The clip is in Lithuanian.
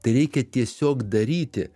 tai reikia tiesiog daryti